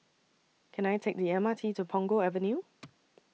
Can I Take The M R T to Punggol Avenue